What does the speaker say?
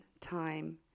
time